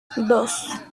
dos